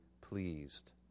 pleased